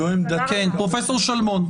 פרופ' שלמון,